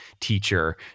teacher